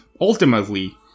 ultimately